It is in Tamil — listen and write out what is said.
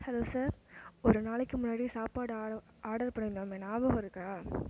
ஹலோ சார் ஒரு நாளைக்கு முன்னாடி சாப்பாடு ஆர் ஆர்டர் பண்ணியிருந்தோமே ஞாபகம் இருக்கா